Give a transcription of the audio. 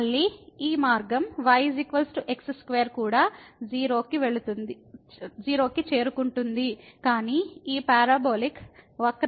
మళ్ళీ ఈ మార్గం y x2 కూడా 0 కి చేరుకుంటుంది కానీ ఈ పారాబొలిక్ మార్గంతో